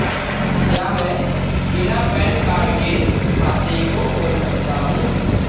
क्या मैं बिना पैन कार्ड के खाते को खोल सकता हूँ?